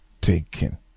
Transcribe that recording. taken